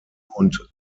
und